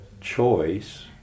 choice